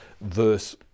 verse